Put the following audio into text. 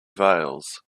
veils